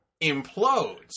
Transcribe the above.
implodes